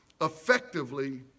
effectively